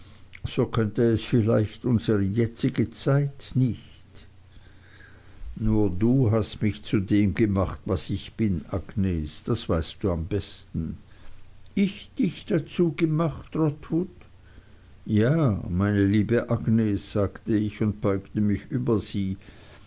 so könnte es vielleicht unsere jetzige zeit nicht nur du hast mich zu dem gemacht was ich bin agnes das weißt du am besten ich dich dazu gemacht trotwood ja meine liebe agnes sagte ich und beugte mich über sie